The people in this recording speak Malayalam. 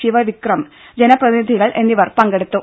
ശിവവിക്രം ജനപ്രതിനിധികൾ എന്നിവർ പങ്കെടുത്തു